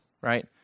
right